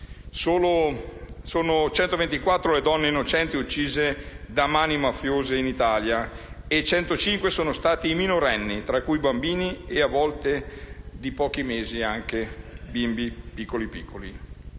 Sono 124 le donne innocenti uccise da mani mafiose in Italia e 105 sono stati i minorenni, tra cui bambini e a volte bimbi piccoli di pochi